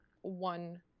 one